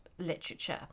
Literature